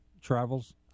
travels